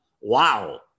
Wow